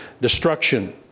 destruction